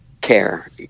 care